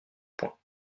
point